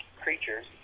creatures